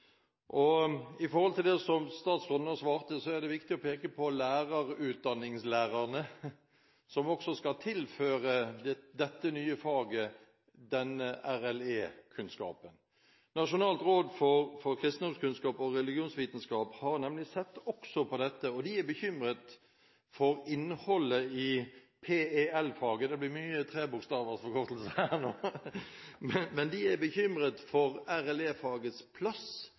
i samsvar med den nye situasjonen. Med hensyn til det statsråden nå svarte, er det viktig å peke på lærerutdanningslærerne, som også skal tilføre dette nye faget denne RLE-kunnskapen. Nasjonalt fagråd for kristendomskunnskap og religionsvitenskap har nemlig sett også på dette, og de er bekymret for innholdet i PEL-faget. Det blir mye tre bokstavers forkortelser her nå. Men de er bekymret for RLE-fagets plass